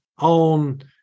on